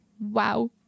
Wow